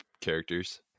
characters